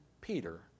Peter